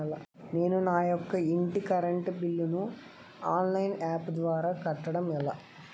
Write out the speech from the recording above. నేను నా యెక్క ఇంటి కరెంట్ బిల్ ను ఆన్లైన్ యాప్ ద్వారా కట్టడం ఎలా?